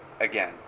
again